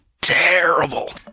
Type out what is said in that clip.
terrible